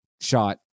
shot